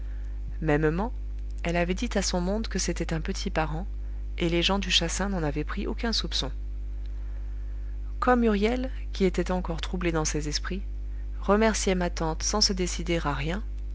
mêmement elle avait dit à son monde que c'était un petit parent et les gens du chassin n'en avaient pris aucun soupçon comme huriel qui était encore troublé dans ses esprits remerciait ma tante sans se décider à rien